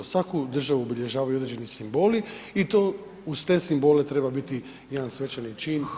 Svaku državu obilježavaju određeni simboli i to uz te simbole treba biti jedan svečani čin